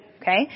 Okay